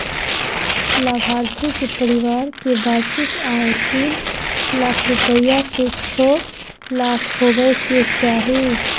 लाभार्थी के परिवार के वार्षिक आय तीन लाख रूपया से छो लाख होबय के चाही